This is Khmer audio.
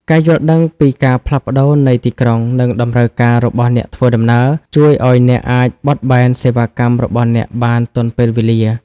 ការយល់ដឹងពីការផ្លាស់ប្តូរនៃទីក្រុង និងតម្រូវការរបស់អ្នកធ្វើដំណើរ ជួយឱ្យអ្នកអាចបត់បែនសេវាកម្មរបស់អ្នកបានទាន់ពេលវេលា។